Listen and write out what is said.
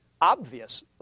Obvious